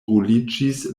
ruliĝis